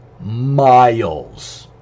miles